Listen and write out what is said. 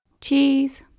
Cheese